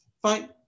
Fine